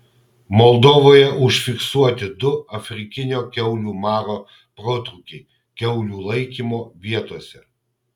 moldovoje užfiksuoti du afrikinio kiaulių maro protrūkiai kiaulių laikymo vietose